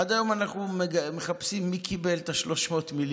עד היום אנחנו מחפשים מי קיבל את 300 המיליון.